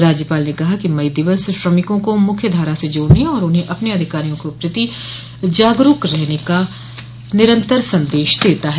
राज्यपाल ने कहा कि मई दिवस श्रमिकों को मुख्य धारा से जोड़ने और उन्हें अपने अधिकारों के प्रति जागरूक रहने का निरन्तर सन्देश देता है